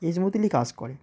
mileage মতই কাজ করে